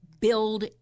build